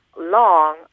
long